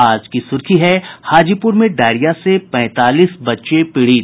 आज की सुर्खी है हाजीपुर में डायरिया से पैंतालीस बच्चे पीड़ित